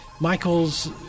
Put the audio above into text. Michael's